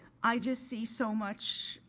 i just see so much